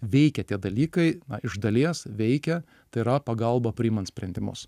veikia tie dalykai iš dalies veikia tai yra pagalba priimant sprendimus